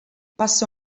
passa